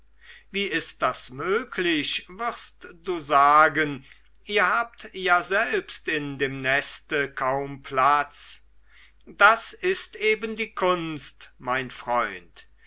wie ist das möglich wirst du sagen ihr habt ja selbst in dem neste kaum platz das ist eben die kunst mein freund